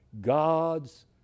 God's